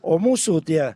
o mūsų tie